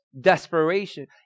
desperation